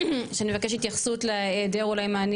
שאני מבקשת התייחסות להיעדר אולי מענים